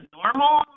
normal